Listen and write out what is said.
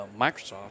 Microsoft